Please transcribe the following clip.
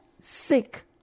sick